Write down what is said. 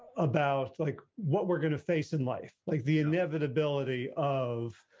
about like, what we're going to face in life like the inevitability of,